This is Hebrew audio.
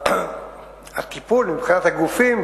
הטיפול, מבחינת הגופים,